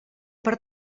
per